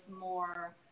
more